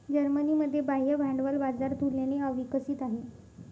जर्मनीमध्ये बाह्य भांडवल बाजार तुलनेने अविकसित आहे